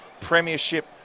Premiership